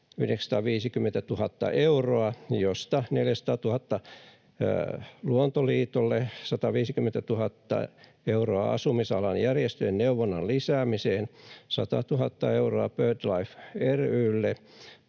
950 000 euroa, josta 400 000 Luontoliitolle, 150 000 euroa asumisalan järjestöjen neuvonnan lisäämiseen, 100 000 euroa BirdLife ry:lle,